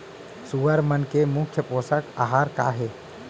सुअर मन के मुख्य पोसक आहार का हे?